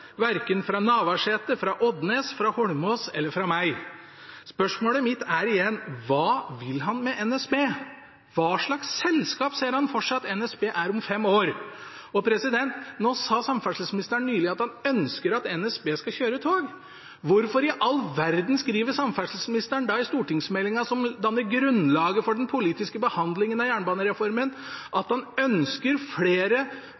verken fra Navarsete, fra Odnes, fra Holmås eller fra meg. Spørsmålet mitt er igjen: Hva vil han med NSB? Hva slags selskap ser han for seg at NSB er om fem år? Nå sa samferdselsministeren nylig at han ønsker at NSB skal kjøre tog. Hvorfor i all verden skriver samferdselsministeren da i stortingsmeldingen som danner grunnlaget for den politiske behandlingen av jernbanereformen, at han ønsker flere